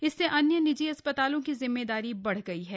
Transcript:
इससे अन्य निजी अस्पतालों की जिम्मेदारी बढ़ गई है